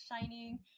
shining